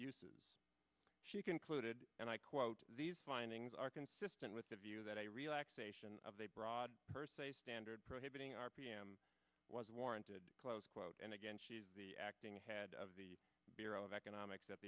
uses she concluded and i quote these findings are consistent with the view that a relaxation of a broad per se standard prohibiting r p m was warranted close quote and again she's the acting head of the bureau of economics at